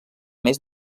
més